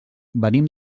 venim